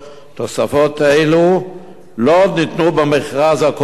תוספות אלו לא ניתנו במכרז הקודם,